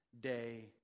Day